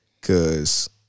cause